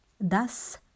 thus